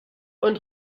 und